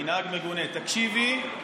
מנהג מגונה: תקשיבי,